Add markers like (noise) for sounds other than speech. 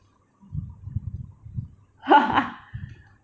(laughs)